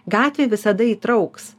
gatvė visada įtrauks